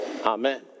Amen